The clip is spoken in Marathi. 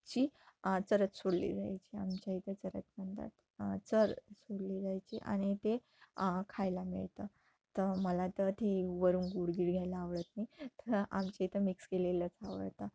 ची चरत सोडली जायची आमच्या इथं चरत चर सोडली जायची आणि ते खायला मिळतं तर मला तर ते वरून गुडगिड घ्यायला आवडत नाही तर आमच्या इथं मिक्स केलेलंच आवडतं